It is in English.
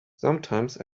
sometimes